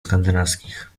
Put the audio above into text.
skandynawskich